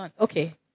Okay